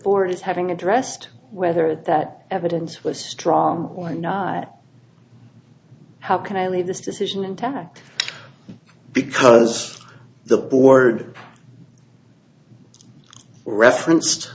board as having addressed whether that evidence was strong or not how can i leave this decision intact because the board referenced